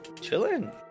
Chilling